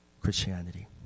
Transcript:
christianity